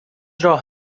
راه